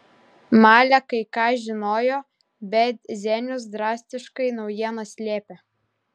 malė kai ką žinojo bet zenius drastiškas naujienas slėpė